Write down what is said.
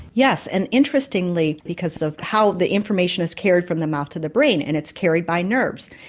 yes, and interestingly, because of how the information is carried from the mouth to the brain and it's carried by nerves,